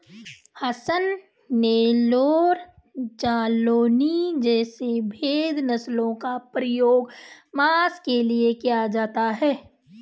हसन, नेल्लौर, जालौनी जैसी भेद नस्लों का प्रयोग मांस के लिए किया जाता है